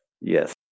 Yes